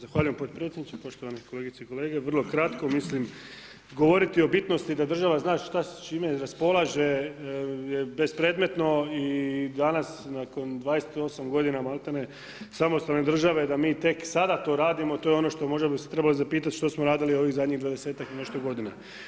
Zahvaljujem podpredsjedniče, poštovane kolegice i kolege, vrlo kratko mislim govoriti o bitnosti da država zna šta s čime raspolaže je bespredmetno i danas nakon 28 godina maltene samostalne države da mi tek sada to radimo to je ono što možda bi se trebali zapitati što smo radili ovih zadnjih 20-tak i nešto godina.